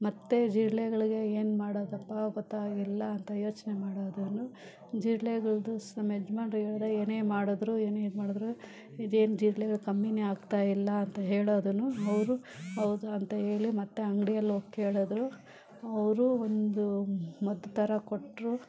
ಮತ್ತು ಜಿರಳೆಗಳ್ಗೆ ಏನು ಮಾಡೋದಪ್ಪಾ ಗೊತ್ತಾಗಿಲ್ಲ ಅಂತ ಯೋಚನೆ ಮಾಡೋದು ಜಿರಳೆಗಳ್ದು ಸಹ ನಮ್ಮಯಜ್ಮಾನ್ರಿಗೆ ಹೇಳ್ದೆ ಏನು ಮಾಡಿದ್ರು ಏನು ಇದ್ಮಾಡಿದ್ರು ಇದೇನು ಜಿರಳೆಗಳ್ ಕಮ್ಮಿ ಆಗ್ತಾಯಿಲ್ಲ ಅಂತ ಹೇಳೋದನ್ನು ಅವರು ಹೌದು ಅಂತ ಹೇಳಿ ಮತ್ತು ಅಂಗಡಿಯಲ್ಲೋಗ್ ಕೇಳಿದ್ರು ಅವರು ಒಂದು ಮದ್ದು ಥರ ಕೊಟ್ಟರು